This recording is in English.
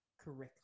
correctly